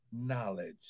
knowledge